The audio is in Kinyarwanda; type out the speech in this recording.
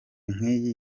nk’iyi